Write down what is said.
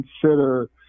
consider